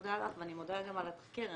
מודה לך ואני מודה גם על התחקיר.